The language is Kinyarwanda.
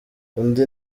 undi